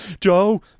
Joe